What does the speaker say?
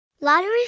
Lottery